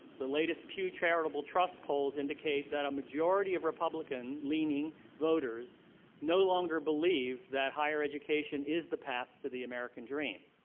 the latest pugh charitable trust polls indicate a majority of republican-leaning voters no longer believe that higher education is the path to the american dream.